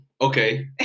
okay